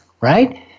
Right